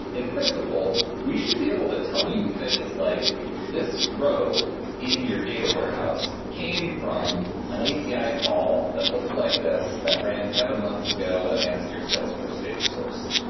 in principle, we should be able to tell you things like this row in your data warehouse came from an api call that looks like this that ran seven months ago against your salesforce data source.